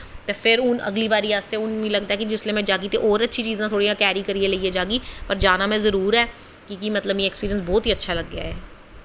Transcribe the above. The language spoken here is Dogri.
ते फिर अगली बारी आस्तै हून मीं लगदा ऐ जिसलै में जाह्गी ते होर चीजां कैरी करियै लेइयै जाह्गी पर जाना में जरूर ऐ कि केह् मिगी मतलब एक्सपिरिंस बौह्त ही अच्छा लग्गेआ ऐ